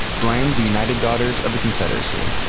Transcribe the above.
blame the united daughters of the confederacy.